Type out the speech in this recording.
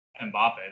Mbappe